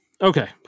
Okay